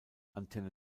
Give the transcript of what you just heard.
antenne